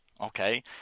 okay